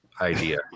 idea